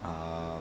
ah